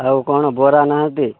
ଆଉ କ'ଣ ବରା ନାହିଁ କି